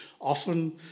often